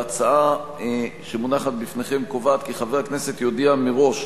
וההצעה שמונחת בפניכם קובעת כי חבר הכנסת יודיע מראש